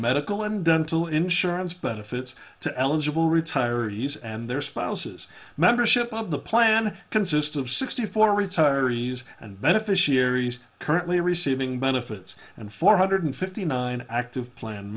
medical and dental insurance benefits to eligible retire us and their spouses membership of the plan consist of sixty four retirees and beneficiaries currently receiving benefits and four hundred fifty nine active plan